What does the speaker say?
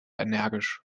energisch